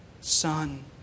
Son